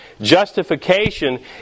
Justification